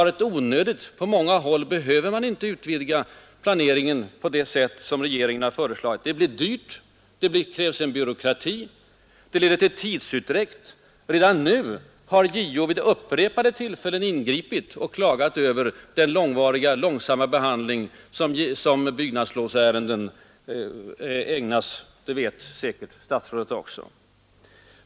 På många håll behöver man inte ett så omständligt planeringsförfarande som regeringen föreslagit. Det blir dyrt, det kräver en byråkrati, det leder till tidsutdräkt. Redan nu har JO vid upprepade tillfällen ingripit och klagat över den långsamma behandling som ägnas byggnadslovsärenden. Det vet säkert statsrådet.